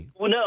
no